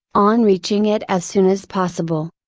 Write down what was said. on reaching it as soon as possible.